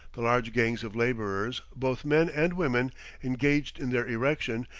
the large gangs of laborers, both men and women, engaged in their erection,